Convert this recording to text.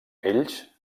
ells